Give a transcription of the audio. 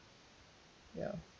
ya